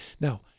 now